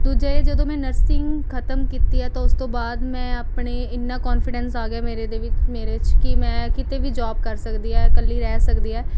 ਦੂਜਾ ਇਹ ਜਦੋਂ ਮੈਂ ਨਰਸਿੰਗ ਖਤਮ ਕੀਤੀ ਆ ਤਾਂ ਉਸ ਤੋਂ ਬਾਅਦ ਮੈਂ ਆਪਣੇ ਇੰਨਾਂ ਕੋਨਫ਼ੀਡੈਂਸ ਆ ਗਿਆ ਮੇਰੇ ਦੇ ਵਿ ਮੇਰੇ 'ਚ ਕਿ ਮੈਂ ਕਿਤੇ ਵੀ ਜੌਬ ਕਰ ਸਕਦੀ ਹੈ ਇਕੱਲੀ ਰਹਿ ਸਕਦੀ ਹੈ